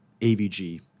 AVG